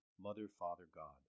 Mother-Father-God